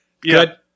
Good